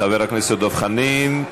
חבר הכנסת דב חנין.